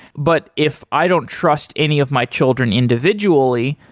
but if i don't trust any of my children individually,